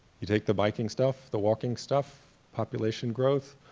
you take the biking stuff, the walking stuff, population growth,